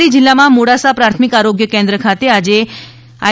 અરવલ્લી જિલ્લામાં મોડાસા પ્રાથમિક આરોગ્ય કેન્દ્ર ખાતે આજે આઈ